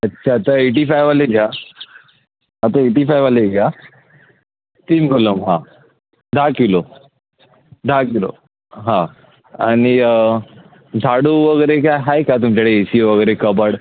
अच्छा आता एटी फायवाले द्या आता एटी फायवाले घ्या टीम कोलम हां दहा किलो दहा किलो हां आणि झाडू वगैरे काय आहे का तुमच्याकडे ए सी वगैरे कबड